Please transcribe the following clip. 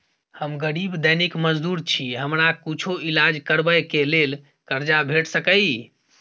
हम गरीब दैनिक मजदूर छी, हमरा कुछो ईलाज करबै के लेल कर्जा भेट सकै इ?